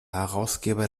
herausgeber